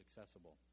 accessible